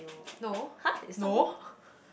no no